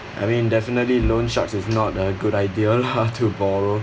I mean definitely loan sharks is not a good idea lah to borrow